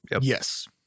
Yes